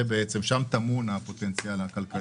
שם טמון הפוטנציאל הכלכלי.